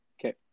Okay